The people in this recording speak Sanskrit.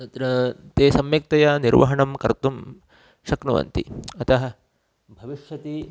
तत्र ते सम्यक्तया निर्वहणं कर्तुं शक्नुवन्ति अतः भविष्यति